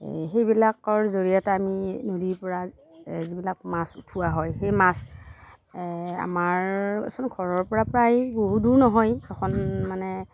এই সেইবিলাকৰ জৰিয়তে আমি নদীৰপৰা এই যিবিলাক মাছ উঠোৱা হয় সেই মাছ আমাৰ ৰচোন ঘৰৰপৰা প্ৰায় বহু দূৰো নহয় এখন মানে